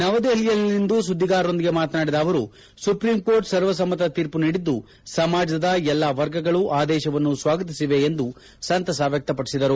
ನವದೆಪಲಿಯಲ್ಲಿಂದು ಸುದ್ದಿಗಾರೊಂದಿಗೆ ಮಾತನಾಡಿದ ಅವರು ಸುಪ್ರೀಂಕೋರ್ಟ್ ಸರ್ವಸಮ್ನತ ತೀರ್ಮ ನೀಡಿದ್ದು ಸಮಾಜದ ಎಲ್ಲಾ ವರ್ಗಗಳು ಆದೇಶವನ್ನು ಸ್ವಾಗತಿಸಿವೆ ಎಂದು ಸಂತಸ ವ್ಯಕ್ತಪಡಿಸಿದರು